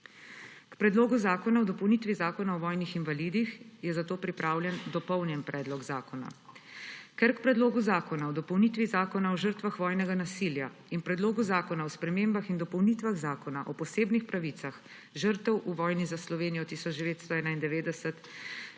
K Predlogu zakona o dopolnitvi Zakona o vojnih invalidih je zato pripravljen dopolnjen predlog zakona. Ker k Predlogu zakona o dopolnitvi Zakona o žrtvah vojnega nasilja in Predlogu zakona o spremembah in dopolnitvah Zakona o posebnih pravicah žrtev v vojni za Slovenijo 1991